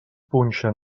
punxen